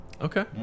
okay